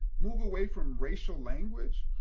move away from racial language,